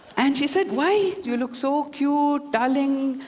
and she said, why? you look so cute, darling.